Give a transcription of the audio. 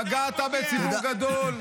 פגעת בציבור גדול.